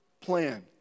plan